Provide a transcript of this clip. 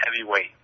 heavyweight